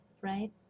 right